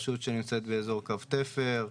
רשות שנמצאת באזור קו תפר,